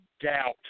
doubt